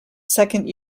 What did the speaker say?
second